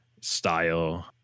style